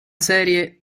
serie